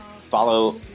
Follow